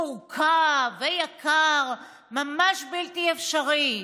מורכב ויקר, ממש בלתי אפשרי.